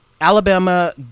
Alabama